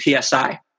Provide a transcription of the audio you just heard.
PSI